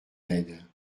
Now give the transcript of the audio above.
aide